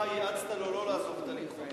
יעצת לו לא לעזוב את הליכוד.